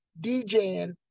DJing